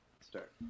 start